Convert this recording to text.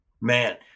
Man